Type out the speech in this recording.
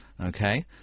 Okay